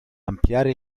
ampliare